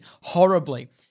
horribly